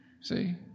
see